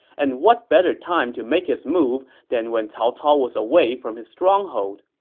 and what better time to make his move than when cao cao was away from his stronghold?